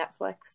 Netflix